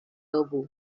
elbow